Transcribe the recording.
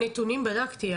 נתונים בדקתי,